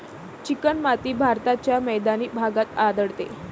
चिकणमाती भारताच्या मैदानी भागात आढळते